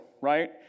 right